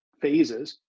phases